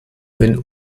wenn